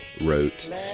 wrote